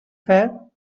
fair